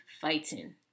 fighting